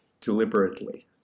deliberately